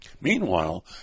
Meanwhile